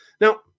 Now